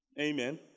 Amen